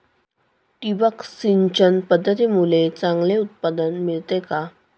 ठिबक सिंचन पद्धतीमुळे चांगले उत्पादन मिळते का?